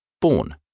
Born